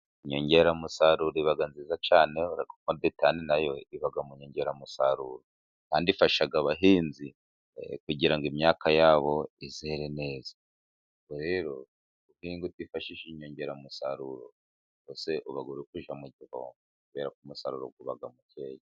Inyongeramusaruro iba nziza cyane harmo Detane n'ayo iba mu nyongeramusaruro, kandi ifasha abahinzi kugira ngo imyaka yabo izere neza. Ubwo rero guhinga utifashishije inyongeramusaruro rwose uba uri kujya mu gihombo, kuberako umusaruro uba mukeya.